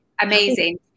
amazing